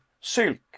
Silk